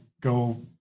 go